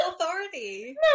authority